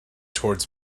towards